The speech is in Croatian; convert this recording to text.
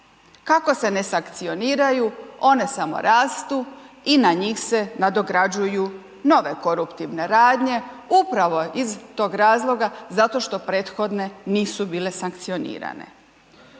kako se ne sankcioniraju, one samo rastu i na njih se nadograđuju nove koruptivne radnje upravo iz tog razloga zato što prethodne nisu bile sankcionirane.